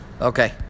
Okay